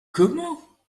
comment